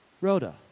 Rhoda